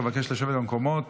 אבקש לשבת במקומות.